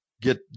get